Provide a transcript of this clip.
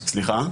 סליחה?